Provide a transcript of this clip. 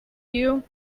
you